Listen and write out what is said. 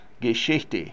Geschichte